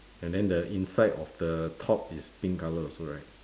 and then the inside of the top is pink colour also right